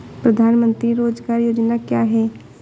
प्रधानमंत्री रोज़गार योजना क्या है?